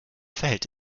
verhält